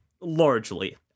Largely